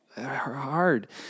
hard